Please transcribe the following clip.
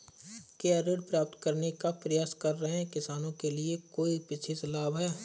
क्या ऋण प्राप्त करने का प्रयास कर रहे किसानों के लिए कोई विशेष लाभ हैं?